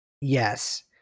Yes